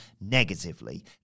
negatively